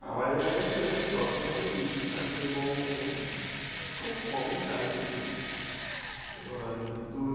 আমার এখানে প্রায় সব সমময়ই বিদ্যুৎ থাকে এবং খুব কমই যায় বিদ্যুৎ এবার বিদ্যুৎ